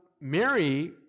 Mary